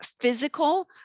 physical